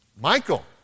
Michael